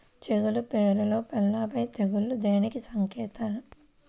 చేగల పైరులో పల్లాపై తెగులు దేనికి సంకేతం?